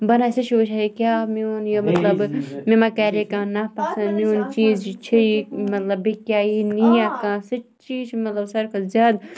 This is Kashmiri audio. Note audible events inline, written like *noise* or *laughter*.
*unintelligible* مےٚ ما کَرِ کانٛہہ نا پَسَنٛد *unintelligible* مَطلَب ساروی کھۄتہٕ زیادٕ